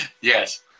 Yes